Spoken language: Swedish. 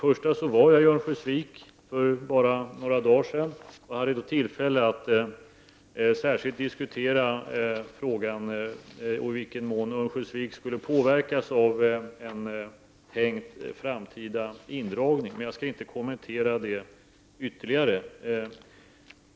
Jag var i Örnsköldsvik för bara några dagar sedan och hade tillfälle att särskilt diskutera frågan i vad mån Örnsköldsvik skulle påverkas av en tänkt, framtida indragning. Jag skall dock inte kommentera den saken nu.